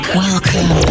welcome